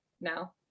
now